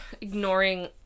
ignoring